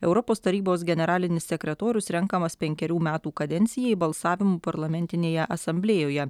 europos tarybos generalinis sekretorius renkamas penkerių metų kadencijai balsavimu parlamentinėje asamblėjoje